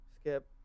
Skip